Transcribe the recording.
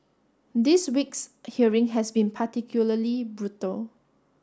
this week's hearing has been particularly brutal